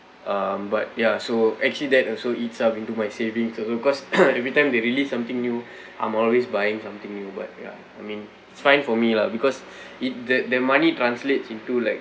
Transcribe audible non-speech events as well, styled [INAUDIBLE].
um but ya so actually that also eats up into my savings also cause [COUGHS] every time they released something new I'm always buying something new but ya I mean fine for me lah because [BREATH] it that that money translates into like